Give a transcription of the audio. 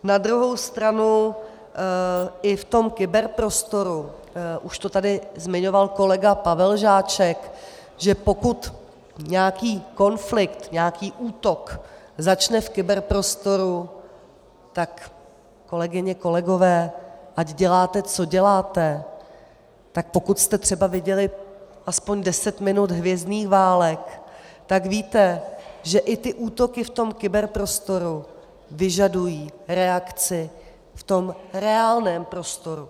Na druhou stranu i v tom kyberprostoru, už to tady zmiňoval kolega Pavel Žáček, že pokud nějaký konflikt, nějaký útok začne v kyberprostoru, tak kolegyně a kolegové, ať děláte co děláte, tak pokud jste třeba viděli aspoň deset minut Hvězdných válek, tak víte, že i útoky v tom kyberprostoru vyžadují reakci v reálném prostoru.